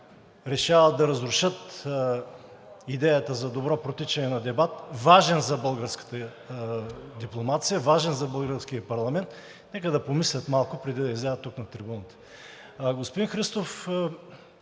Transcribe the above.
решават да разрушат идеята за добро протичане на дебат, важен за българската дипломация, важен за българския парламент, нека да помислят малко, преди да излязат тук на трибуната. Господин Христов,